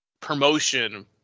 promotion